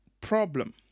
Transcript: problem